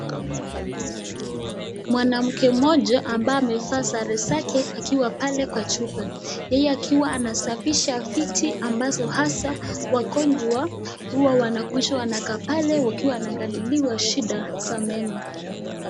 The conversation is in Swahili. Mwanamke mmoja ambaye amevaa sare zake akiwa pale kwa chumba ,yeye akiwa anasafisha viti ambazo hasa wagonjwa huwa wanakuja wanakaa pale wakiwa wanaangaliliwa shida za meno.